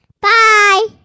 Bye